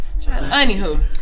Anywho